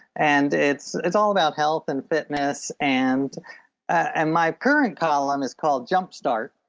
and it's it's all about health and fitness and and my current column, is called jump-start